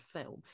film